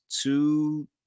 two